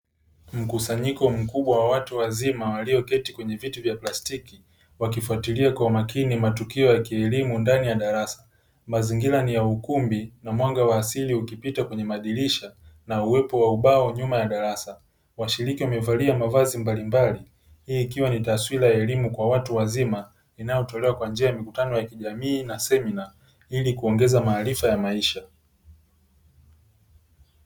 Mkusanyiko mkubwa wa watu wazima walioketi kwenye viti vya plastiki wakifatilia kwa makini matukio ya kielimu ndani ya darasa, mazingira ni ya ukumbi na mwanga wa asili ukupita kwenye madirisha na uwepo wa ubao nyuma ya darasa, washiriki wamevalia mavazi mbalimbali hii ikiwa ni taswira ya elimu kwa watu wazima inayotolewa kwa njia ya mikutano ya kijamii na semina ili kuongeza maarifa ya maisha.